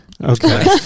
Okay